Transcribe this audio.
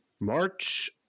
March